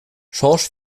schorsch